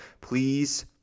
Please